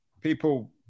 people